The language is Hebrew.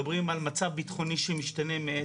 נמצאים במצב שחלק ממשרדי הממשלה לא מגיעים